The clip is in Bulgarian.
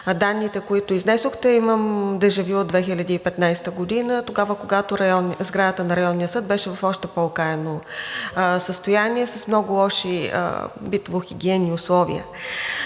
данните, които изнесохте, имам дежа вю от 2015 г. – тогава, когато сградата на Районният съд беше в още по-окаяно състояние, с много лоши битово-хигиенни условия.